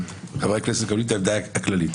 חברי הכנסת מקבלים את העמדה הכללית,